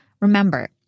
Remember